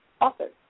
authors